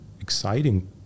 exciting